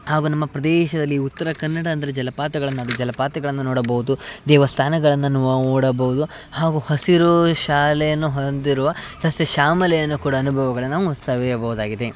ಹಾಗು ನಮ್ಮ ಪ್ರದೇಶದಲ್ಲಿ ಉತ್ತರ ಕನ್ನಡ ಅಂದರೆ ಜಲಪಾತಗಳ ನಾಡು ಜಲಪಾತಗಳನ್ನು ನೋಡಬೋದು ದೇವಸ್ಥಾನಗಳನ್ನು ನೋಡಬಹ್ದು ಹಾಗು ಹಸಿರು ಶಾಲೆಯನ್ನು ಹೊಂದಿರುವ ಸಸ್ಯ ಶ್ಯಾಮಲೆಯನ್ನು ಕೂಡ ಅನುಭವಗಳ ನಾವು ಸವಿಯಬಹುದಾಗಿದೆ